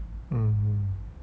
mm